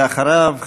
ואחריו,